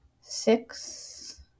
six